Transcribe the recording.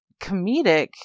comedic